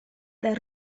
dal